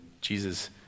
Jesus